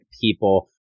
people